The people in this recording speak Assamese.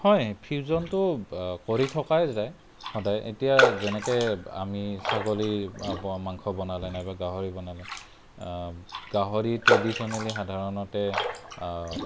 হয় ফিউজনতো কৰি থকাই যায় সদায় এতিয়া যেনেকৈ আমি ছাগলী মাংস বনালে নাইবা গাহৰি বনালে গাহৰি ট্ৰেডিচনেলী সাধাৰণতে